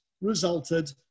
resulted